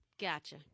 Gotcha